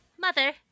Mother